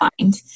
find